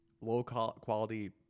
Low-quality